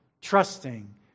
trusting